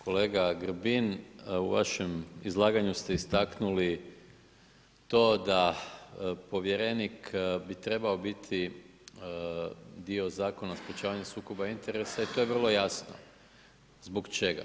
Kolega Grbin, u vašem izlaganju ste istaknuli to da povjerenik bi trebao biti dio Zakona o sprečavanju sukoba interesa i to je vrlo jasno zbog čega.